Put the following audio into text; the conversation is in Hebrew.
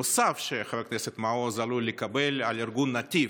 נוסף שחבר הכנסת מעוז עלול לקבל, על ארגון נתיב.